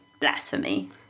blasphemy